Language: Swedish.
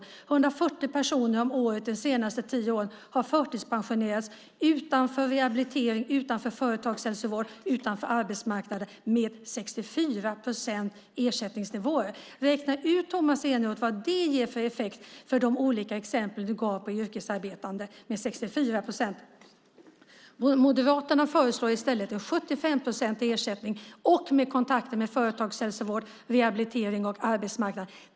140 personer om dagen de senaste tio åren har förtidspensionerats utanför rehabilitering, företagshälsovård och arbetsmarknad med 64-procentiga ersättningsnivåer. Räkna ut, Tomas Eneroth, vad det ger för effekt för de olika yrkesarbetande du gav exempel på med 64 procent. Moderaterna föreslår i stället en 75-procentig ersättning och dessutom kontakter med företagshälsovård, rehabilitering och arbetsmarknad.